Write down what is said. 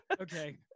Okay